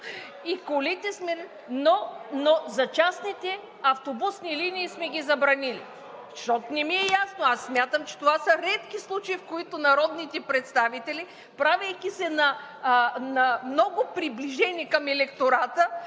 и колите, но частните автобусни линии сме ги забранили, защото не ми е ясно? Аз смятам, че това са редки случаи, в които народните представители, правейки се на много приближени към електората,